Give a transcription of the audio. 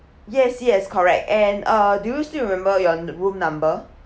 yes yes correct and uh do you still remember your room number